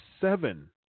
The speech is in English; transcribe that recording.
seven